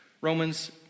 Romans